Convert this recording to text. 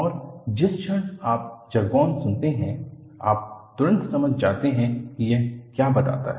और जिस क्षण आप जार्गन सुनते हैं आप तुरंत समझ जाते हैं कि यह क्या बताता है